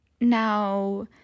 now